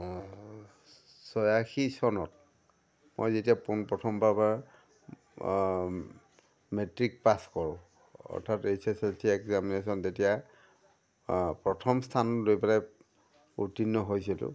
ছয়াশী চনত মই যেতিয়া পোন প্ৰথমবাৰবাৰ মেট্ৰিক পাছ কৰোঁ অৰ্থাৎ H S L C examination তেতিয়া প্ৰথম স্থানত লৈ পেলাই উত্তীৰ্ণ হৈছিলোঁ